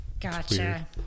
Gotcha